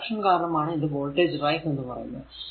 ഈ ഡയറക്ഷൻ കാരണമാണ് ഇത് വോൾടേജ് റൈസ് എന്ന് പറയുന്നത്